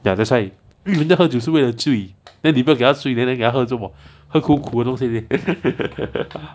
ya that's why 人家喝酒是为了醉 then 你不要给他醉 then 给他喝做什么喝苦苦的东西